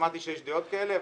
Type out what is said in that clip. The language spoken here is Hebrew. שמעתי שיש דעות כאלה,